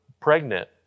pregnant